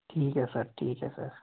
ਠੀਕ ਹੈ ਸਰ ਠੀਕ ਹੈ ਸਰ